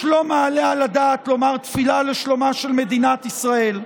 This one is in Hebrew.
לא מעלה על הדעת לומר תפילה לשלומה של מדינת ישראל,